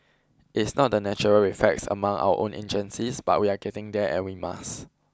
it's not the natural reflex among our own agencies but we are getting there and we must